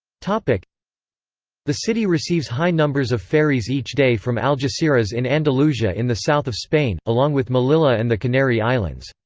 like the city receives high numbers of ferries each day from algeciras in andalusia in the south of spain, along with melilla and the canary islands.